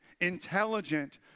intelligent